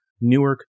Newark